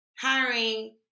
hiring